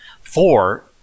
four